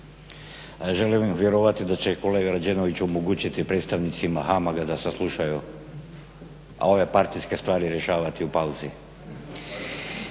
Želim vjerovati da će kolega Rađenović omogućiti predstavnicima HAMAG-a da saslušaju, a ove partijske stvari rješavati u pauzi.